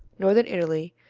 northern italy,